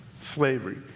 slavery